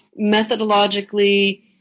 methodologically